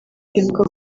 ivuga